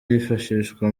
yifashishwa